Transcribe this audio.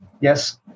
Yes